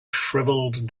shriveled